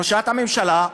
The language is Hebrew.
ראשת הממשלה,